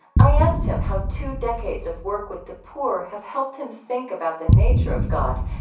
i asked him how two decades of work with the poor have helped him think about the nature of god.